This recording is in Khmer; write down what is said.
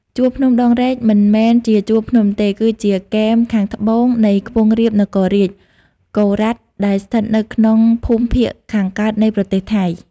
ជួរភ្នំដងរែកមិន មែនជាជួរភ្នំទេ គឺជាគែមខាងត្បូងនៃខ្ពង់រាបនគររាជ កូរ៉ាត ដែលស្ថិតនៅក្នុង ភូមិភាគខាងកើតនៃប្រទេសថៃ ។